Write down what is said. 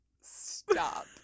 Stop